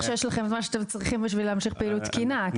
שיש לכם את מה שאתם צריכים כדי להמשיך פעילות תקינה.